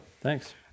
Thanks